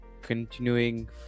continuing